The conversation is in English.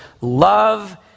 love